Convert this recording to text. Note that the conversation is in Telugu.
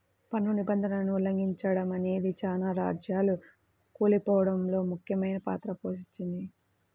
పన్ను నిబంధనలను ఉల్లంఘిచడమనేదే చాలా రాజ్యాలు కూలిపోడంలో ముఖ్యమైన పాత్ర పోషించింది